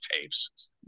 tapes